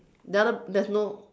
the other there's no